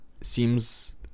Seems